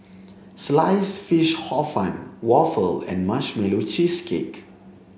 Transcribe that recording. sliced fish hor fun waffle and marshmallow cheesecake